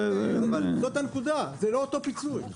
אבל זאת הנקודה, זה לא אותו פיצוי.